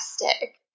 fantastic